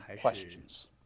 questions